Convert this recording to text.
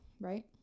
right